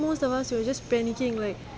most of us we were just panicking like